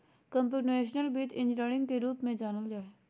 computational वित्त engineering के रूप में जानल जा हइ